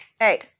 Hey